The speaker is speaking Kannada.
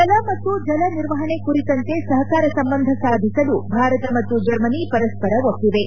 ಜಲ ಮತ್ತು ಜಲ ನಿರ್ವಹಣೆ ಕುರಿತಂತೆ ಸಹಕಾರ ಸಂಬಂಧ ಸಾಧಿಸಲು ಭಾರತ ಮತ್ತು ಜರ್ಮನಿ ಪರಸ್ಪರ ಒಪ್ಪಿವೆ